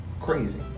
crazy